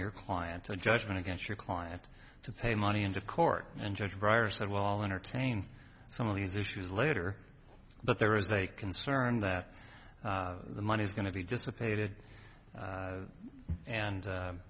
your client a judgment against your client to pay money into court and judge bryer said well entertain some of these issues later but there is a concern that the money is going to be dissipated and